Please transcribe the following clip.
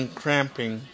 cramping